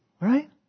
Right